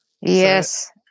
Yes